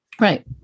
right